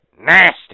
Nasty